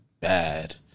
Bad